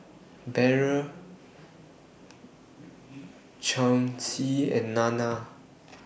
Beryl Chauncy and Nana